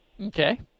Okay